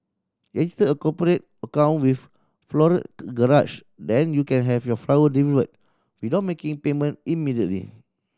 register a cooperate account with Floral Garage then you can have your flower delivered without making payment immediately